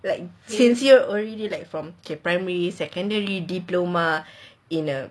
like since you already like from primary secondary diploma in uh